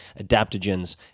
adaptogens